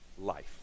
life